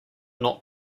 not